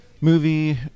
movie